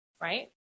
right